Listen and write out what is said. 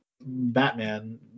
Batman